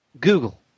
Google